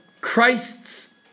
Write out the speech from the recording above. Christ's